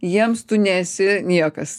jiems tu nesi niekas